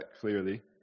clearly